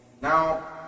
Now